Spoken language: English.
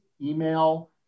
email